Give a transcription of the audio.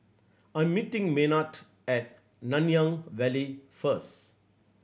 I'm meeting Maynard at Nanyang Valley first